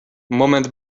moment